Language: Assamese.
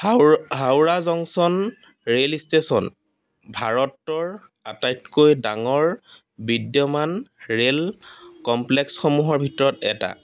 হাও হাওৰা জংছন ৰেল ষ্টেশ্যন ভাৰতৰ আটাইতকৈ ডাঙৰ বিদ্যমান ৰেল কমপ্লেক্সসমূহৰ ভিতৰত এটা